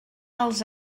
els